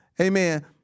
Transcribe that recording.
Amen